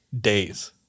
days